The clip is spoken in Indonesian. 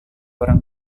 orang